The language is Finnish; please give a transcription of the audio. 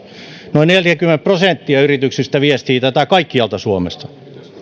noin neljäkymmentä prosenttia yrityksistä viestii tätä kaikkialta suomesta